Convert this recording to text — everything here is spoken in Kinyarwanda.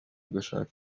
gushaka